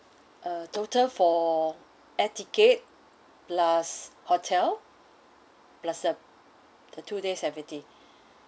uh total for air ticket plus hotel plus uh the two days activitiy